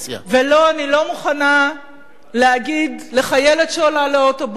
לא, אני לא מוכנה להגיד לחיילת שעולה לאוטובוס